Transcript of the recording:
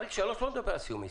חריג 3 לא מדבר על סיום עסקה.